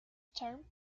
termed